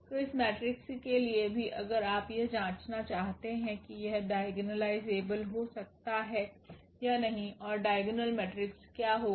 तो इस मेट्रिक्स के लिए भी अगर आप यह जांचना चाहते हैं कि यह डैगोनलाइजेबल हो सकता है या नहीं और डाइगोनल मेट्रिक्स क्या होगा